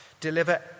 deliver